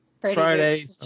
Friday